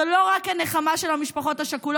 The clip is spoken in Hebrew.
זה לא רק הנחמה של המשפחות השכולות,